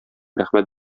рәхмәт